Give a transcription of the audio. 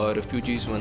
refugees